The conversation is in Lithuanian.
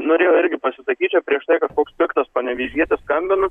norėjau irgi pasisakyt čia prieš tai kažkoks piktas panevėžietis skambino